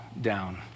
down